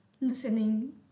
listening